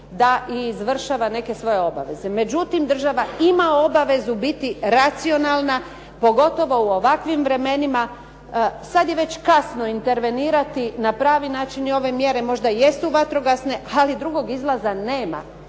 da izvršava neke svoje obaveze. Međutim, država ima obavezu biti racionalna pogotovo u ovakvim vremenima. Sad je već kasno intervenirati. Na pravi način ove mjere možda i jesu vatrogasne ali drugog izlaza nema